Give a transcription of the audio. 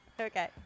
Okay